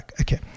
Okay